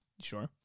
Sure